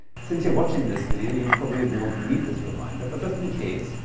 since you're watching this video you probably won't need this reminder but just in case,